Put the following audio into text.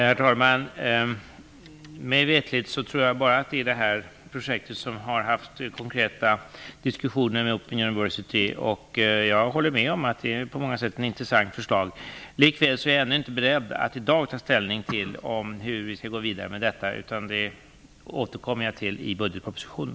Herr talman! Mig veterligen är det bara detta enda projekt som haft konkreta diskussioner med Open university. Jag håller med om att förslaget på många sätt är intressant. Likväl är jag inte beredd att i dag ta ställning till hur vi skall gå vidare i denna fråga. Det återkommer jag till i budgetpropositionen.